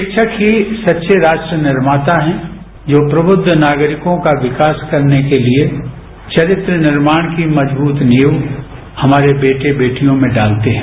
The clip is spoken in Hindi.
शिक्षक ही सच्चेच राष्ट्र निर्माता है जो प्रबुद्ध नागरिकों का विकास करने के लिए चरित्र निर्माण की मजबूत नीव हमारे बेटे बेटियों में डालते हैं